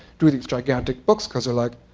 do these gigantic books, because they're like,